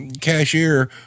cashier